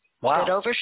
Wow